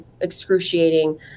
excruciating